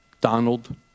Donald